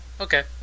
Okay